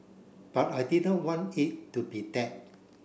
but I didn't want it to be tag